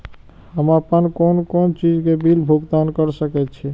हम आपन कोन कोन चीज के बिल भुगतान कर सके छी?